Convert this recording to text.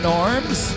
Norms